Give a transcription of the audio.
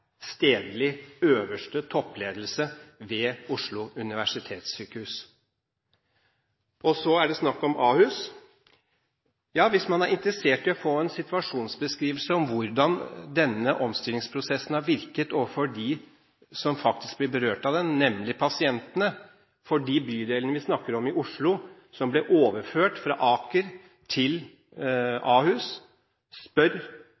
stedlig øverste toppledelse ved Oslo universitetssykehus? Så er det snakk om Ahus. Hvis man er interessert i å få en situasjonsbeskrivelse av hvordan denne omstillingsprosessen har virket for dem som faktisk blir berørt av den, nemlig pasientene i de bydelene i Oslo som vi snakker om og som ble overført fra Aker til